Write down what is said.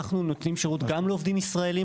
אנחנו נותנים שירות גם לעובדים ישראלים